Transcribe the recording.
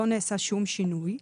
לא נעשה שום שינוי.